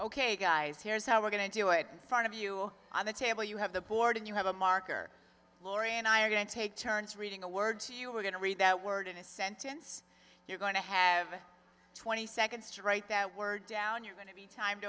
ok guys here's how we're going to do it in front of you on the table you have the board and you have a marker laurie and i are going to take turns reading a word to you we're going to read that word in a sentence you're going to have twenty seconds to write that word down you're going to be timed